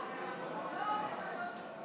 התשפ"א 2021, לוועדת העבודה והרווחה נתקבלה.